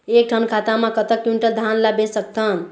एक ठन खाता मा कतक क्विंटल धान ला बेच सकथन?